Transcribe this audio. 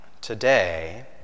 today